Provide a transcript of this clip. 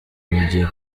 bagiye